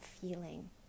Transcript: feeling